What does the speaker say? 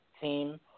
team